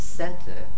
center